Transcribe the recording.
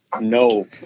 No